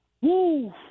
Woo